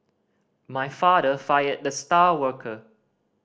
my father fired the star worker